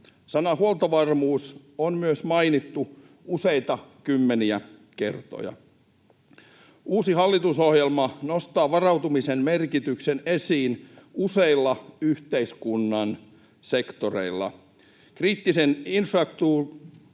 Sana "huoltovarmuus” on mainittu useita kymmeniä kertoja. Uusi hallitusohjelma nostaa varautumisen merkityksen esiin useilla yhteiskunnan sektoreilla. Kriittisen infrastruktuurin